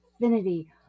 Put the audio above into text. infinity